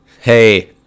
Hey